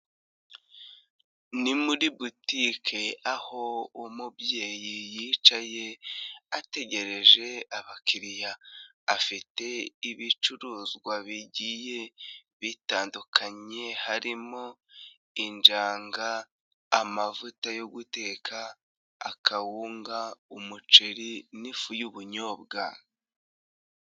Ni muri boutique, aho umubyeyi yicaye ategereje abakiriya. Afite ibicuruzwa bigiye bitandukanye harimo injanga, amavuta yo guteka, akawunga, umuceri, n'ifu y'ubunyobwa.